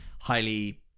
highly